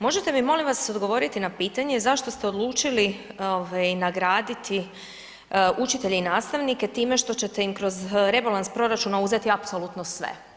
Možete mi molim vas odgovoriti na pitanje zašto ste odlučili ovaj nagraditi učitelje i nastavnike time što ćete im kroz rebalans proračuna uzeti apsolutno sve?